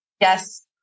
Yes